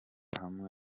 hamwe